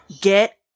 get